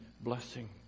blessing